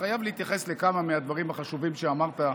חייב להתייחס לכמה מהדברים החשובים שאמרת,